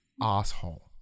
asshole